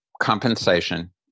compensation